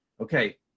Okay